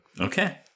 Okay